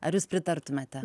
ar jūs pritartumėte